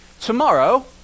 Tomorrow